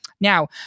Now